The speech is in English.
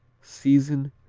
season,